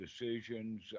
decisions